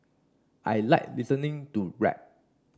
I like listening to rap